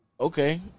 Okay